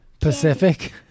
Pacific